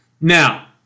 Now